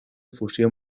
fusio